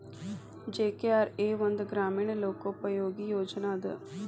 GKRA ಒಂದ ಗ್ರಾಮೇಣ ಲೋಕೋಪಯೋಗಿ ಯೋಜನೆ ಅದ